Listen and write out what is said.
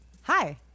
Hi